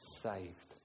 saved